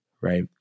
right